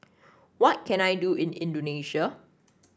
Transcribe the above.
what can I do in Indonesia